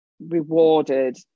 rewarded